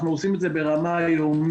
אנחנו עושים את זה ברמה יומית,